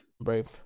Brave